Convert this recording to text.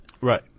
Right